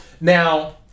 Now